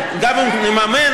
גם אם נממן,